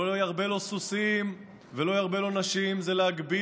לא ירבה לו סוסים ולא ירבה לו נשים זה להגביל